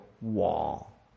wall